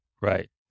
Right